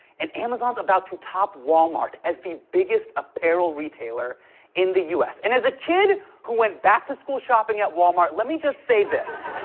and amazon's about to top walmart as the biggest apparel retailer in the u s. and as a kid who went back-to-school shopping at walmart, let me just say this